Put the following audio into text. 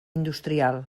industrial